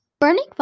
Burning